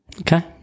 Okay